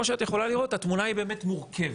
כמו שאת יכולה לראות, התמונה היא באמת מורכבת.